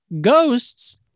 Ghosts